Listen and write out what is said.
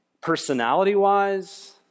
personality-wise